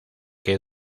que